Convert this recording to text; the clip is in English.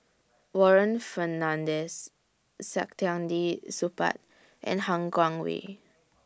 Warren Fernandez Saktiandi Supaat and Han Guangwei